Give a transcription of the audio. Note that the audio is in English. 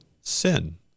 sin